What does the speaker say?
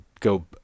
go